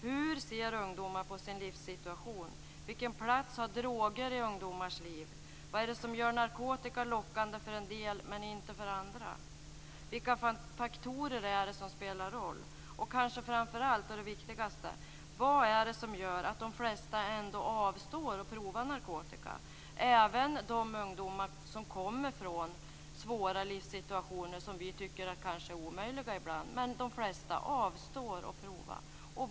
Hur ser ungdomar på sin livssituation? Vilken plats har droger i ungdomars liv? Vad är det som gör narkotika lockande för en del men inte för andra? Vilka faktorer är det som spelar roll? Vad är det som gör att de flesta ändå avstår från att prova narkotika? De flesta avstår från att prova - även de ungdomar som vi ibland tycker kommer från svåra och omöjliga livssituationer.